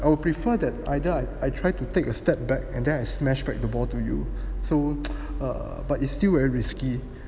I would prefer that either I I tried to take a step back and then smashed the ball to you so err but it's still very risky